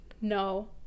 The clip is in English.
no